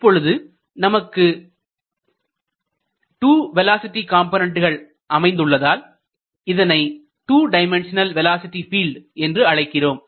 இப்பொழுது நமக்கு 2 வேலோஸிட்டி காம்போனன்டுகள் அமைத்துள்ளதால் இதனை 2 டைமண்ட்ஷனல் வேலோஸிட்டி பீல்ட் என்று அழைக்கிறோம்